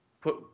put